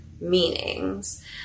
meanings